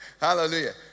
Hallelujah